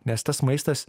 nes tas maistas